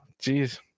jeez